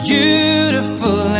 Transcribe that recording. Beautiful